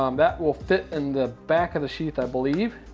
um that will fit in the back the sheath, i believe.